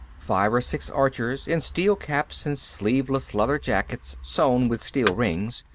five or six archers, in steel caps and sleeveless leather jackets sewn with steel rings,